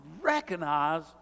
recognize